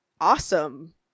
awesome